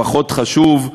פחות חשוב.